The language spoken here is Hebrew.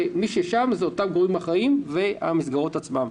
מי ששם זה אותם גורמים אחראיים והמסגרות עצמן,